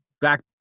back